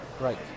right